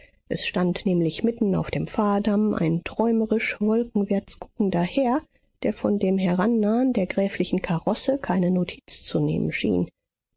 es stand nämlich mitten auf dem fahrdamm ein träumerisch wolkenwärts guckender herr der von dem herannahen der gräflichen karosse keine notiz zu nehmen schien